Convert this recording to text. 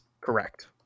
correct